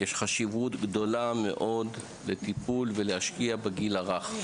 יש חשיבות גדולה מאוד לטיפול ולהשקעה בגיל הרך.